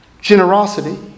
generosity